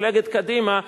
מפלגת קדימה,